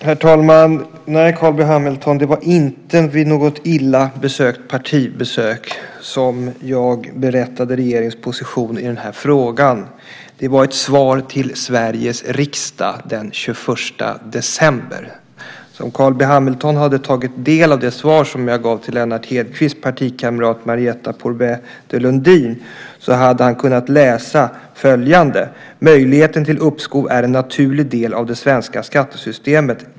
Herr talman! Nej, det var inte vid något illa besökt partimöte som jag berättade om regeringens position i frågan. Det var i ett svar till Sveriges riksdag den 21 december. Om Carl B Hamilton hade tagit del av det svar som jag gav till Lennart Hedquists partikamrat Marietta de Pourbaix-Lundin hade han läst följande: Möjligheten till uppskov är en naturlig del av det svenska skattesystemet.